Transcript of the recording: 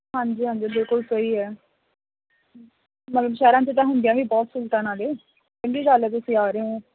ਹਾਂਜੀ ਹਾਂਜੀ ਬਿਲਕੁਲ ਸਹੀ ਹੈ ਮਤਲਬ ਸ਼ਹਿਰਾਂ 'ਚ ਤਾਂ ਹੁੰਦੀਆਂ ਵੀ ਬਹੁਤ ਸੁਲਤਾਨ ਆ ਨਾਲੇ ਚੰਗੀ ਗੱਲ ਹੈ ਤੁਸੀਂ ਆ ਰਹੇ ਹੋ